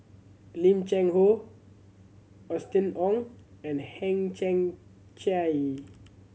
Lim Cheng Hoe Austen Ong and Hang Chang Chieh